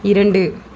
இரண்டு